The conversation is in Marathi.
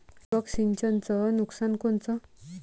ठिबक सिंचनचं नुकसान कोनचं?